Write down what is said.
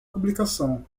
publicação